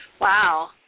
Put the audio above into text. Wow